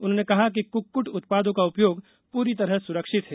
उन्होंने कहा कि कुक्कट उत्पादों का उपयोग पूरी तरह सुरक्षित है